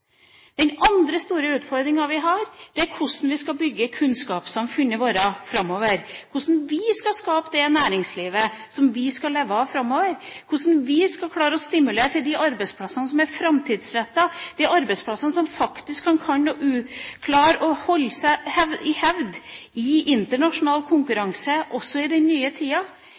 Den andre store utfordringen vi har, er hvordan vi skal bygge kunnskapssamfunnet vårt framover, hvordan vi skal skape det næringslivet som vi skal leve av framover, hvordan vi skal klare å stimulere til de arbeidsplassene som er framtidsrettet, som faktisk kan klare å holde i hevd de arbeidsplassene i internasjonal konkurranse også i de nye